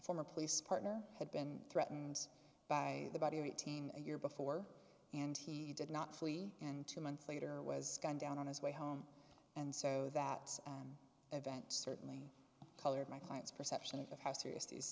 former police partner had been threatened by the body of a teen a year before and he did not flee in two months later was gunned down on his way home and so that an event certainly colored my client's perception of how serious these